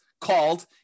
called